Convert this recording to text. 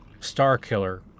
Starkiller